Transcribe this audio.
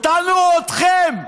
אותנו או אתכם?